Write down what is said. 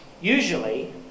usually